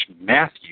Matthew